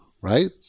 right